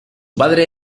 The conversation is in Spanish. padre